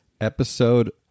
episode